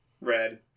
red